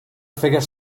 figure